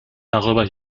darüber